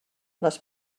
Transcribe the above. les